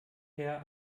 her